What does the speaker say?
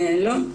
לא.